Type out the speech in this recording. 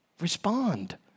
Respond